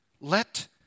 let